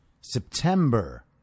September